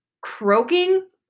croaking